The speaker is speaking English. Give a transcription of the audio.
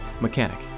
mechanic